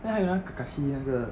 then 还有那个 kakashi 那个